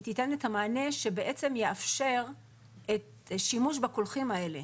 המענה שבעצם יאפשר את השימוש בקולחים האלה,